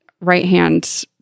right-hand